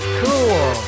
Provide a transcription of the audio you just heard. cool